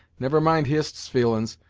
never mind hist's feelin's,